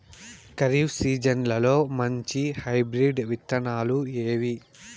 ఖరీఫ్ సీజన్లలో మంచి హైబ్రిడ్ విత్తనాలు ఏవి